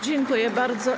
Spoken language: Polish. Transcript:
Dziękuję bardzo.